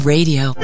Radio